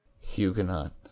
Huguenot